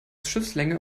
schiffslänge